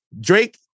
Drake